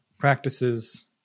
practices